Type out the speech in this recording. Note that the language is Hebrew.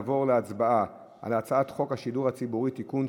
לעבור להצבעה על הצעת חוק השידור הציבורי (תיקון,